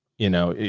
you know,